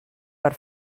per